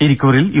ഇരിക്കൂറിൽ U